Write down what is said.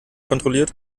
kontrolliert